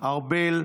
ארבל,